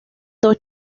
dos